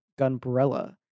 Gunbrella